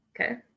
okay